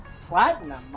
Platinum